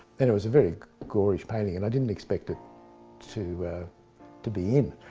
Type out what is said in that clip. and it was a very gorish painting and i didn't expect it to to be in.